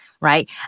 right